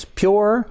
pure